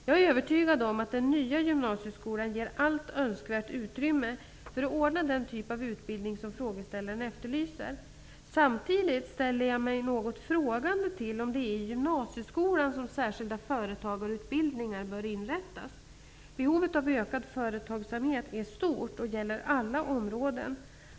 Jag är övertygad om att den nya gymnasieskolan ger allt önskvärt utrymme för att anordna den typ av utbildning som frågeställaren efterlyser. Samtidigt ställer jag mig något frågande till om det är i gymnasieskolan som särskilda företagarutbildningar bör inrättas. Behovet av ökad företagsamhet är stort och gäller alla områden.